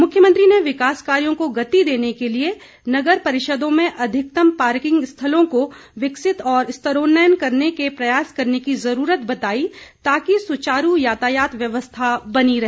मुख्यमंत्री ने विकास कार्यों को गति देने के लिए कि नगर परिषदों में अधिकतम पार्किंग स्थलों को विकसित और स्तरोन्नत करने के प्रयास करने की ज़रूरत बताई ताकि सुचारू यातायात व्यवस्था बनी रहे